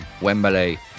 Wembley